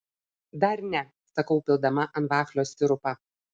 dar ne sakau pildama ant vaflio sirupą